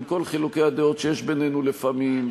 עם כל חילוקי הדעות שיש בינינו לפעמים,